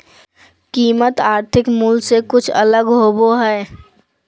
कीमत आर्थिक मूल से कुछ अलग होबो हइ